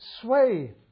sway